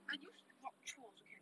at least you walk through also can